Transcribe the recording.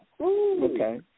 Okay